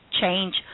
change